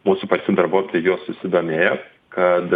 mūsų pačių darbuotojai juo susidomėjo kad